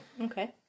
Okay